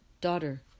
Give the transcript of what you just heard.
Daughter